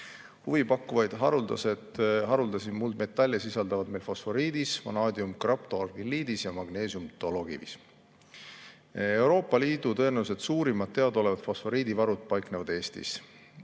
Huvipakkuvaid haruldasi muldmetalle sisaldub meil fosforiidis, vanaadiumi graptoliitargilliidis ja magneesiumi dolokivis. Euroopa Liidu tõenäoliselt suurimad teadaolevad fosforiidivarud paiknevad Eestis.